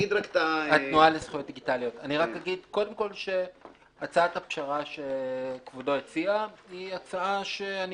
אגיד קודם כול שהצעת הפשרה שכבודו הציע היא הצעה שאני